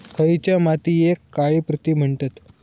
खयच्या मातीयेक काळी पृथ्वी म्हणतत?